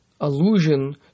allusion